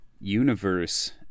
universe